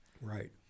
Right